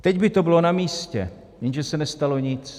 Teď by to bylo namístě, jenže se nestalo nic.